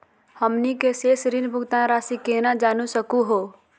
हमनी के शेष ऋण भुगतान रासी केना जान सकू हो?